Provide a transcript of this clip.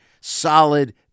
solid